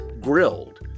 grilled